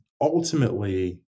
ultimately